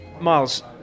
Miles